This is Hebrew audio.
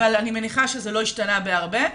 אבל אני מניחה שזה לא השתנה בהרבה.